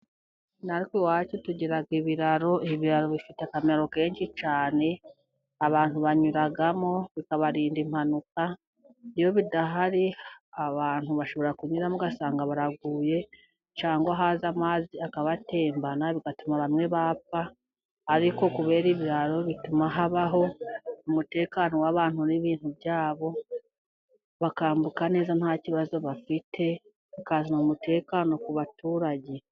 Natwe iwacu tugira ibiraro ,ibiraro bifite akamaro kenshi cyane abantu banyuramo bikabarinda impanuka iyo bidahari abantu bashobora kunyuramo ugasanga baraguye, cyangwa haza amazi akabatembana bigatuma bamwe bapfa ariko kubera ibiraro bituma habaho umutekano w'abantu n'ibintu byabo bakambuka neza nta kibazo bafite, bikazana umutekano ku abaturage.